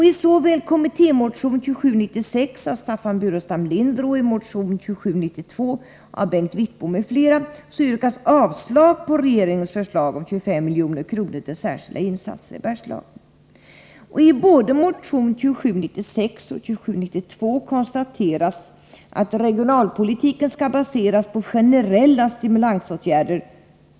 I såväl kommittémotion 2796 av Staffan Burenstam Linder som motion 2792 av Bengt Wittbom m.fl. yrkas avslag på regeringens förslag om 25 milj.kr. till särskilda insatser i Bergslagen. I både motion 2796 och motion 2792 konstateras att regionalpolitiken skall baseras på generella stimulansåtgärder.